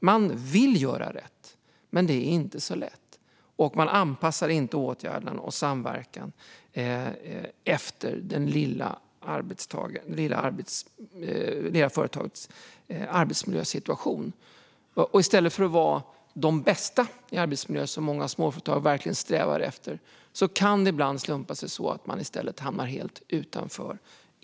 Man vill göra rätt, men det är inte särskilt lätt. Åtgärderna och samverkan är inte anpassade efter det lilla företagets arbetsmiljösituation. I stället för att vara de bästa när det gäller arbetsmiljö, vilket många småföretag verkligen strävar efter, kan det ibland slumpa sig så att man hamnar helt utanför.